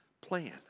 plan